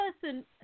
person